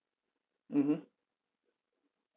mmhmm